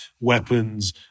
weapons